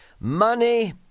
Money